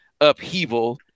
upheaval